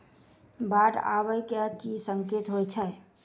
बाढ़ आबै केँ की संकेत होइ छै?